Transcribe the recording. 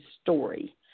story